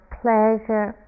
pleasure